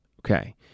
Okay